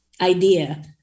idea